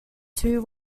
two